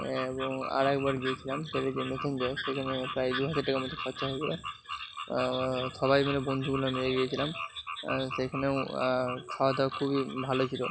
এবং আরেকবার গিয়েছিলাম নতুন জায়গায় সেখানে প্রায় দুহাজার টাকা মতো খরচা হয়েছিল সবাই মিলে বন্ধুগুলো মিলে গিয়েছিলাম সেখানেও খাওয়া দাওয়া খুবই ভালো ছিল